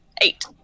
eight